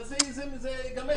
זה ייגמר.